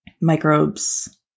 microbes